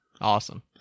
awesome